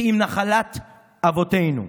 כי אם נחלת אבותינו".